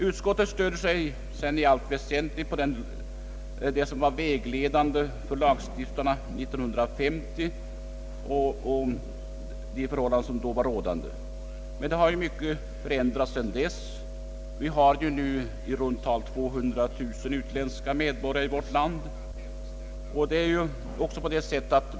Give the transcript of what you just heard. Utskottet stöder sig i allt väsentligt på det som var vägledande för lagstiftarna år 1950, men mycket har förändrats sedan dess. Vi har nu i runt tal 200 000 utländska medborgare i vårt land.